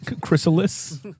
Chrysalis